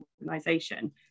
organization